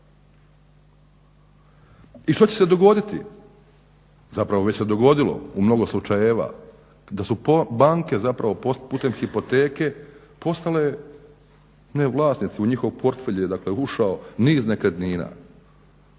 I što će se dogoditi, zapravo već se je dogodilo u mnogo slučajeva da su banke zapravo putem hipoteke postale, ne vlasnici, u njihove portfelje je dakle, ušao niz nekretnina.